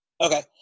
Okay